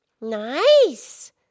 Nice